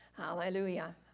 Hallelujah